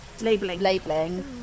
labeling